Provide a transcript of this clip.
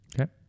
okay